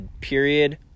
period